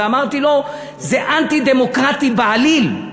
ואמרתי לו: זה אנטי-דמוקרטי בעליל.